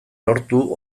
lortu